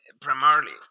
primarily